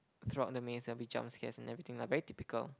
throughout the maze there will be jump scares and everything lah very typical